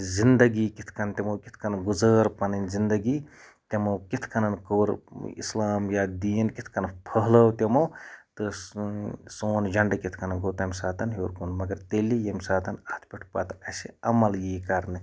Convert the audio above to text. زِندَگی کِتھ کٔنۍ تِمو کِتھ کٔنۍ گُزٲر پَنٕنۍ زِندَگی تِمو کِتھ کٔنن کوٚر اِسلام یا دین ٖکِتھ کٔنۍ پھٔہلٲو تِمو تہٕ سون جَنڈٕ کِتھ کٔنۍ کھوٚت تمہِ ساتہٕ ہیٚور کُن مَگَر تیٚلہِ ییٚمہِ ساتَن اَتھ پٮ۪ٹھ پَتہٕ اَسہِ عَمَل ییہِ کَرنہٕ